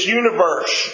universe